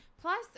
Plus